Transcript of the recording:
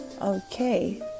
okay